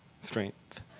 strength